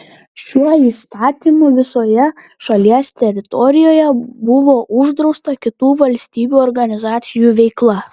šiuo įstatymu visoje šalies teritorijoje buvo uždrausta kitų valstybių organizacijų veikla